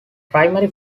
primary